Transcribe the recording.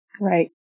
Right